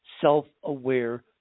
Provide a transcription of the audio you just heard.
self-aware